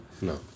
No